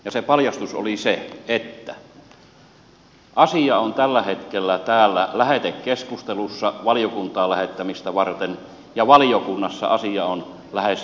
ja se paljastus oli se että asia on tällä hetkellä täällä lähetekeskustelussa valiokuntaan lähettämistä varten ja valiokunnassa asia on lähes jo loppuun käsitelty